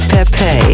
Pepe